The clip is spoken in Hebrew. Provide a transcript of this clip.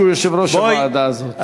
שהוא יושב-ראש הוועדה הזאת,